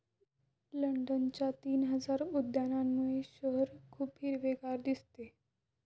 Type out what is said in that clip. लंडनच्या तीन हजार उद्यानांमुळे शहर खूप हिरवेगार दिसते